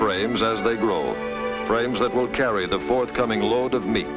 frames as they grow frames that will carry the forthcoming load of me